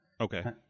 Okay